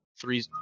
three